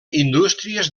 indústries